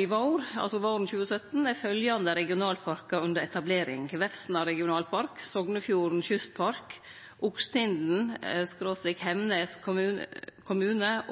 I vår, altså våren 2017, er følgjande regionalparkar under etablering: Vefsna regionalpark, Sognefjorden Kystpark, Okstindan / Hemnes kommune